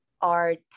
art